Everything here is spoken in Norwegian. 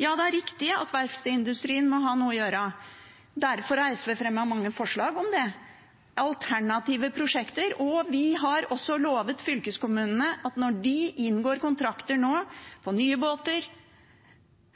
Ja, det er riktig at verftsindustrien må ha noe å gjøre. Derfor har SV fremmet mange forslag om det, om alternative prosjekter, og vi har også lovet fylkeskommunene at når de nå inngår kontrakter på nye båter,